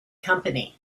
company